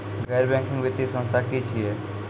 गैर बैंकिंग वित्तीय संस्था की छियै?